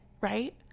right